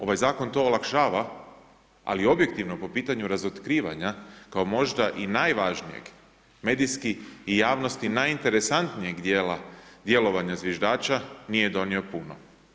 Ovaj zakon to olakšava, ali objektivno po pitanju razotkrivanja kao možda i najvažnijeg medijski i javnosti najinteresantnijeg dijela djelovanja zviždača nije donio puno.